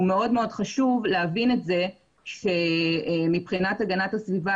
מאוד חשוב להבין שגם מבחינת הגנת הסביבה